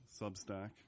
Substack